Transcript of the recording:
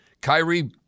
Kyrie